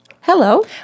Hello